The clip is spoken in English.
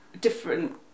different